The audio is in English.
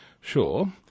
Sure